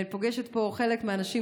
אני פוגשת פה חלק מהאנשים,